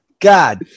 god